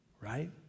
right